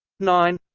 nine